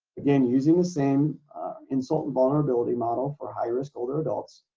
again, using the same insult and vulnerability model for high-risk older adults,